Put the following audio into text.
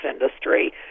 industry